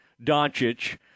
Doncic